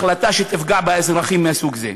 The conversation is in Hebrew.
החלטה שתפגע באזרחים מסוג זה.